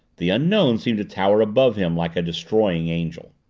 the unknown seemed to tower above him like a destroying angel.